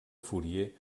fourier